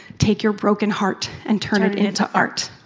take your broken heart and turn it it into art.